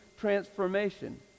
transformation